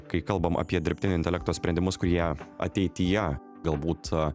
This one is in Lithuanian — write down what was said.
kai kalbam apie dirbtinio intelekto sprendimus kurie ateityje galbūt